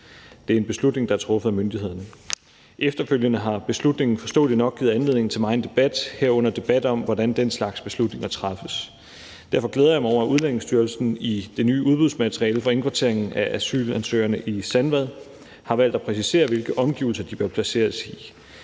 Det er en beslutning, der er truffet af myndighederne. Efterfølgende har beslutningen forståeligt nok givet anledning til megen debat, herunder debat om, hvordan den slags beslutninger træffes. Derfor glæder jeg mig over, at Udlændingestyrelsen i det nye udbudsmateriale for indkvarteringen af asylansøgerne i Sandvad har valgt at præcisere, hvilke omgivelser de bør placeres i,